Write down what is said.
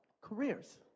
careers